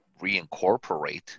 reincorporate